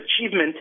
achievement